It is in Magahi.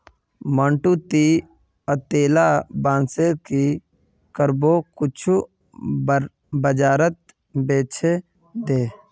मंटू, ती अतेला बांसेर की करबो कुछू बाजारत बेछे दे